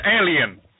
alien